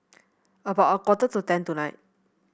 about a quarter to ten tonight